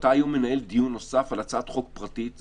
אתה מנהל דיון נוסף על הצעת חוק פרטית היום.